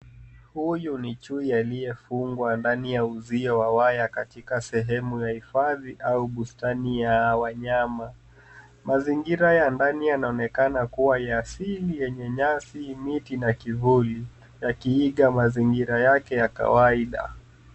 Huyu ni chui aliyefungwa ndani ya uzio wa waya katika sehemu ya hifadhi au bustani ya wanyama. Mazingira ya ndani yanaonekana kuwa ya asili yenye nyasi, miti na kivuli. Yakiiga mazingira yake ya kawaida.